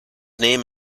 name